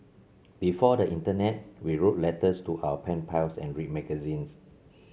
before the internet we wrote letters to our pen pals and read magazines